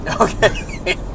Okay